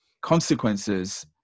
consequences